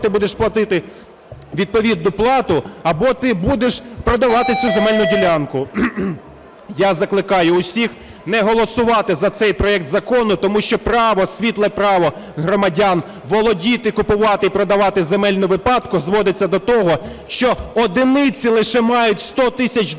ти будеш платити відповідну плату, або ти будеш продавати цю земельну ділянку. Я закликаю усіх не голосувати за цей проект закону, тому що право, світле право громадян володіти, купувати і продавати земельну ділянку зводиться до того, що одиниці лише мають 100 тисяч доларів,